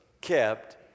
kept